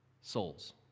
souls